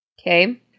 Okay